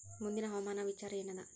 ಮುಂದಿನ ಹವಾಮಾನದ ವಿಚಾರ ಏನದ?